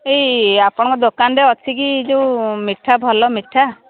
ଏଇ ଆପଣଙ୍କ ଦୋକାନରେ ଅଛି କି ଯେଉଁ ମିଠା ଭଲ ମିଠା